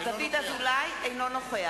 אינו נוכח